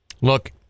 look